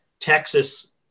Texas